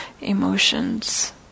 emotions